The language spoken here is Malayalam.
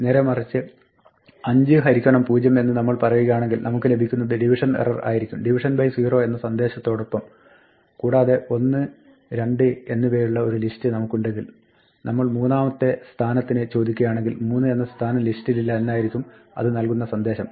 നേരേ മറിച്ച് 5 0 എന്ന് നമ്മൾ പറയുകയാണെങ്കിൽ നമുക്ക് ലഭിക്കുന്നത് ഡിവിഷൻ എറർ ആയിരിക്കും "division by 0" എന്ന സന്ദേശത്തോടൊപ്പം കൂടാതെ 1 2 എന്നിവയുള്ള ഒരു ലിസ്റ്റ് നമുക്കുണ്ടെങ്കിൽ നമ്മൾ മൂന്നാമത്തെ സ്ഥാനത്തിന് ചോദിക്കുകയാണെങ്കിൽ 3 എന്ന സ്ഥാനം ലിസ്റ്റിലില്ല എന്നായിരിക്കും അത് നൽകുന്ന സന്ദേശം